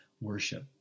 worship